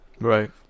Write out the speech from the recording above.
Right